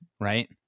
right